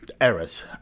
errors